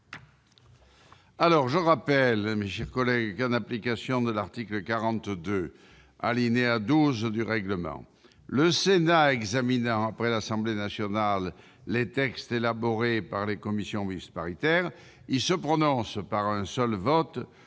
close. Je rappelle que, en application de l'article 42, alinéa 12, du règlement, le Sénat examinant après l'Assemblée nationale les textes élaborés par les commissions mixtes paritaires, il se prononce par un seul vote